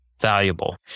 valuable